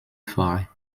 forêts